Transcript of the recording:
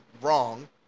wrong